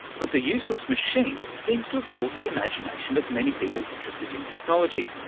but the useless machine seems to have caught the imagination of many people interested in technology.